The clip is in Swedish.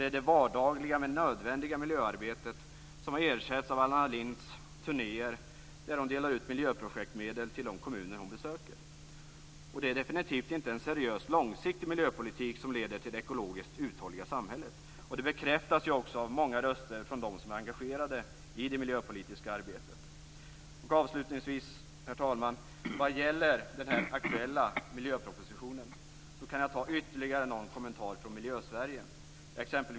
Det är det vardagliga men nödvändiga miljöarbetet som har ersatts av Anna Lindhs turnéer då hon delar ut miljöprojektmedel till de kommuner som hon besöker. Och det är definitivt inte en seriös och långsiktig miljöpolitik som leder till det ekologiskt uthålliga samhället. Det bekräftas också av många röster från dem som är engagerade i det miljöpolitiska arbetet. Avslutningsvis, herr talman, vill jag beträffande den aktuella miljöpropositionen, nämna ytterligare någon kommentar från Miljösverige.